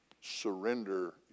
surrender